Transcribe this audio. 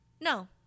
No